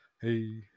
hey